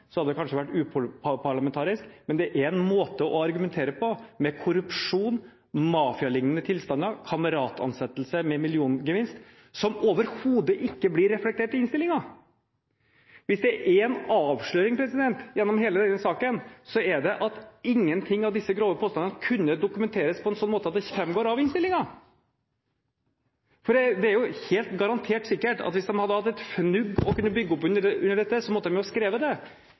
hadde det kanskje vært uparlamentarisk. Dette er en måte å argumentere på – med «korrupsjon», «mafialignende tilstander», «kamerat-ansettelse med milliongevinst» – som overhodet ikke blir reflektert i innstillingen. Hvis det er én avsløring gjennom hele denne saken, så er det at ingenting av disse grove påstandene kunne dokumenteres på en slik måte at det framgår av innstillingen! For det er jo garantert sikkert at hvis de hadde hatt et fnugg til å kunne bygge opp under dette, så måtte de jo ha skrevet det